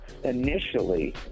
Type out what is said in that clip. Initially